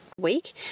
week